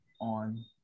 on